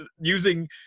using